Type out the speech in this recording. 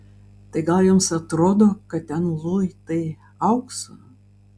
tai gal jums atrodo kad ten luitai aukso